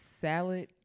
salad